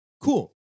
Cool